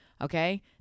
Okay